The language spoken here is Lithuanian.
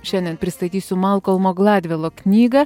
šiandien pristatysiu malkolmo gladvilo knygą